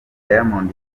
diamond